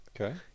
Okay